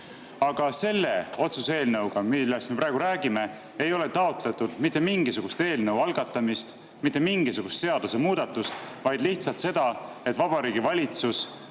Aga selle otsuse eelnõuga, millest me praegu räägime, ei ole taotletud mitte mingisuguse eelnõu algatamist, mitte mingisugust seadusemuudatust, vaid lihtsalt seda, et Vabariigi Valitsus